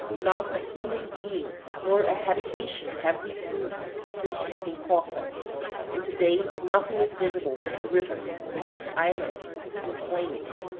not a human being nor a habitation have we seen since leaving coca and to-day nothing is visible but the river, with its islands, and plains,